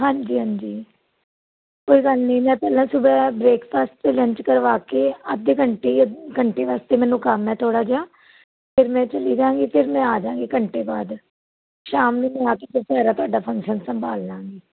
ਹਾਂਜੀ ਹਾਂਜੀ ਕੋਈ ਗੱਲ ਨਹੀਂ ਮੈਂ ਪਹਿਲਾਂ ਸਵੇਰੇ ਬ੍ਰੇਕਫਾਸਟ ਤੇ ਲੰਚ ਕਰਵਾ ਕੇ ਅੱਧੇ ਘੰਟੇ ਘੰਟੇ ਵਾਸਤੇ ਮੈਨੂੰ ਕੰਮ ਹੈ ਥੋੜਾ ਜਿਹਾ ਫਿਰ ਮੈਂ ਚਲੀ ਜਾਗੀ ਫਿਰ ਮੈਂ ਆ ਜਾਗੀ ਘੰਟੇ ਬਾਅਦ ਸ਼ਾਮ ਨੂੰ ਮੈਂ ਆ ਕੇ ਫਿਰ ਪਹਿਲਾਂ ਤੁਹਾਡਾ ਫੰਕਸ਼ਨ ਸੰਭਾਲ ਲਵਾਂਗੀ